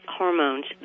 hormones